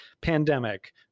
pandemic